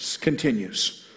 continues